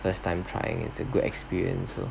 first time trying is a good experience so